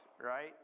right